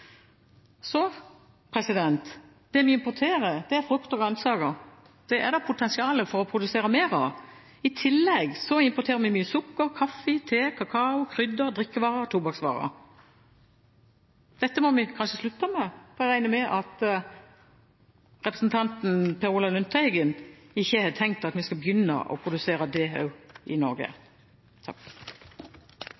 Så det vi importerer, er frukt og grønnsaker. Det er det potensial for å produsere mer av. I tillegg importerer vi mye sukker, kaffe, te, kakao, krydder, drikkevarer og tobakksvarer. Dette må vi kanskje slutte med, for jeg regner med at representanten Per Olaf Lundteigen ikke har tenkt at vi skal begynne å produsere det også i Norge.